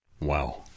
Wow